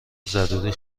ضروری